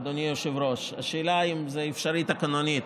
אדוני היושב-ראש, השאלה היא אם זה אפשרי תקנונית.